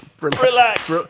Relax